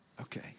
Okay